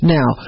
Now